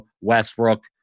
Westbrook